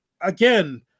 again